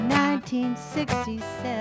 1967